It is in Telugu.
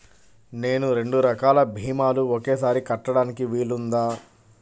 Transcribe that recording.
నేను రెండు రకాల భీమాలు ఒకేసారి కట్టడానికి వీలుందా?